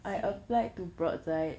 simi